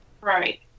Right